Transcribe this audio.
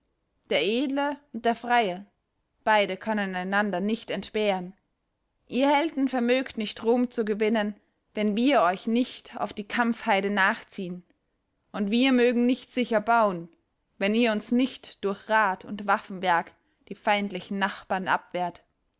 der edle und der freie beide können einander nicht entbehren ihr helden vermögt nicht ruhm zu gewinnen wenn wir euch nicht auf die kampfheide nachziehen und wir mögen nicht sicher bauen wenn ihr uns nicht durch rat und waffenwerk die feindlichen nachbarn abwehrt